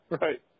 Right